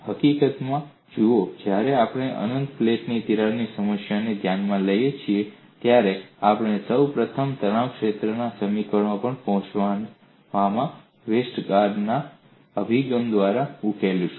હકીકતમાં જુઓ જ્યારે આપણે અનંત પ્લેટમાં તિરાડની સમસ્યાને ધ્યાનમાં લઈએ છીએ ત્યારે આપણે સૌ પ્રથમ તણાવ ક્ષેત્રના સમીકરણો પર પહોંચવામાં વેસ્ટરગાર્ડનાWestergaard's અભિગમ દ્વારા ઉકેલીશું